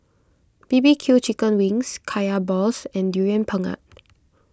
B B Q Chicken Wings Kaya Balls and Durian Pengat